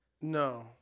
No